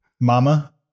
Mama